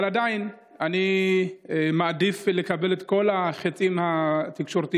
אבל אני עדיין מעדיף לקבל את כל החיצים התקשורתיים,